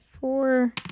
four